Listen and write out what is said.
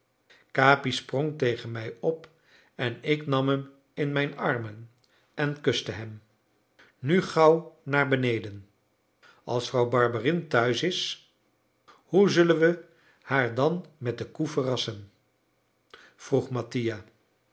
capi sprong tegen mij op en ik nam hem in mijn armen en kuste hem nu gauw naar beneden als vrouw barberin thuis is hoe zullen we haar dan met de koe verrassen vroeg mattia